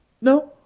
No